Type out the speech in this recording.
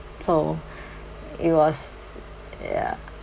so it was ya